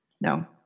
No